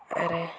आरो